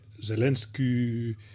Zelensky